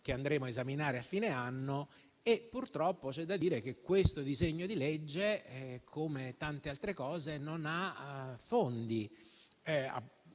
che andremo a esaminare a fine anno. Purtroppo c'è da dire che questo disegno di legge, come tante altre misure, non ha fondi.